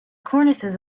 cornices